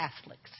Catholics